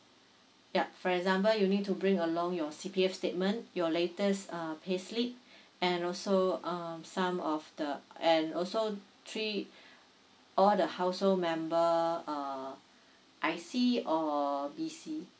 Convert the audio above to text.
yup for example you need to bring along your C_P_F statement your latest uh payslip and also um some of the and also three all the household member err I_C or B_C